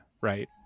right